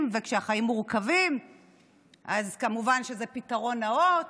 וכשהחיים מורכבים אז כמובן שזה פתרון נאות.